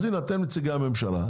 אז הנה אתם, נציגי הממשלה,